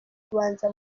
kubanza